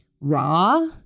raw